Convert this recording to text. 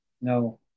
No